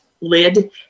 lid